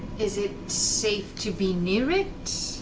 is it safe to be near it?